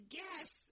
guess